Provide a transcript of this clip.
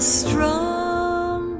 strong